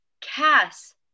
Cass